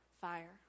fire